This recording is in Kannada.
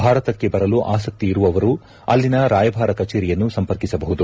ಭಾರತಕ್ಕೆ ಬರಲು ಆಸಕ್ತಿ ಇರುವುದು ಅಲ್ಲಿನ ರಾಯಭಾರ ಕಚೇರಿಯನ್ನು ಸಂಪರ್ಕಿಸಬಹುದು